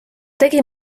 tegi